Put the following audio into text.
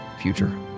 future